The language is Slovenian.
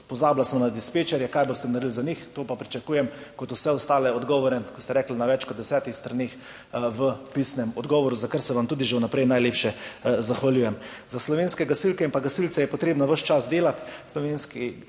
Pozabila sva na dispečerje, kaj boste naredili za njih. Na to pa pričakujem, kot vse ostale odgovore, kot ste rekli, na več kot 10 straneh, v pisnem odgovoru, za kar se vam tudi že vnaprej najlepše zahvaljujem. Za slovenske gasilke in gasilce je potrebno ves čas delati.